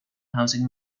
housing